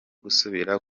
gusubira